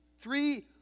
three